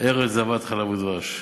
ארץ זבת חלב ודבש".